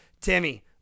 Timmy